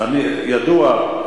ידוע,